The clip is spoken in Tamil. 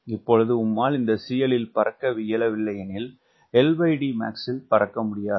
இப்பொழுது உம்மால் இந்த CL ல் பறக்கயியலவில்லை எனில் LDmaxபறக்க முடியாது